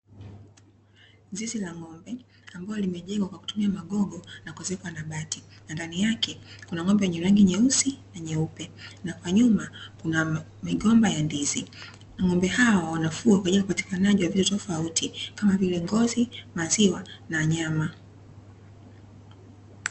Zizi la ng'ombe ambalo limejengwa kwa kutumia magogo na kuezekwa na bati na ndani yake kuna ng'ombe wenye rangi nyeusi na nyeupe na kwa nyuma kuna migomba ya ndizi. Ng'ombe hao wanafugwa kwa ajili ya upatikanaji wa vitu tofauti kama vile ngozi, maziwa na nyama.